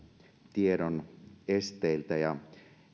tiedon esteiltä ja